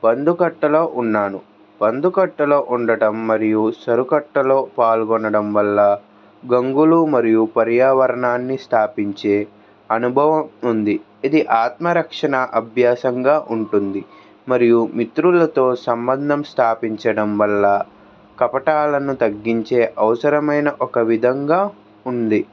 బందుకట్టలో ఉన్నాను బందుకట్టలో ఉండటం మరియు సరుకట్టలో పాల్గొనడం వల్ల రంగులు మరియు పర్యావరణాన్ని స్థాపించే అనుభవం ఉంది ఇది ఆత్మరక్షణ అభ్యాసంగా ఉంటుంది మరియు మిత్రులతో సంబంధం స్థాపించడం వల్ల కపటాలను తగ్గించే అవసరమైన ఒక విధంగా ఉంది